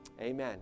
Amen